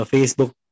Facebook